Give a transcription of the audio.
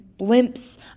blimps